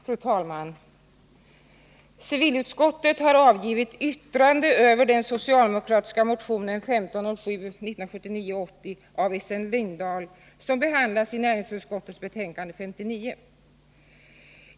Fru talman! Civilutskottet har avgivit ett yttrande med anledning av den socialdemokratiska motionen 1979/80:1507 av Essen Lindahl som behandlas i näringsutskottets betänkande 59.